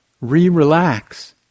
re-relax